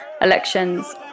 elections